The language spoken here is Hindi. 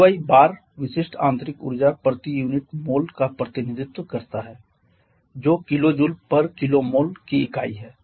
ui बार विशिष्ट आंतरिक ऊर्जा प्रति यूनिट मोल का प्रतिनिधित्व करता है जो kJkmol की इकाई है